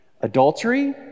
Adultery